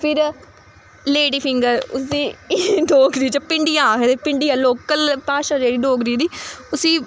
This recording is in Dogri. फिर लेडीफिंगर उस्सी डोगरी च भिंडियां आखदे भिंडियां लोकल भाशा जेह्ड़ी डोगरी दी उस्सी